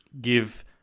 give